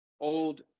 old